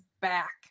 back